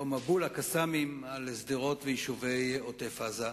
או מבול ה"קסאמים", על שדרות ויישובי עוטף-עזה.